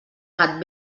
gat